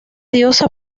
diosa